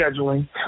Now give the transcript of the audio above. scheduling